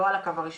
לא על הקו הראשון,